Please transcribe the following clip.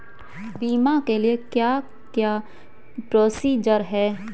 बीमा के लिए क्या क्या प्रोसीजर है?